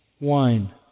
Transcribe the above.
wine